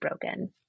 broken